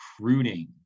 recruiting